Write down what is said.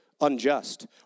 unjust